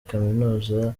kaminuza